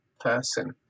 person